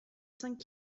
cinq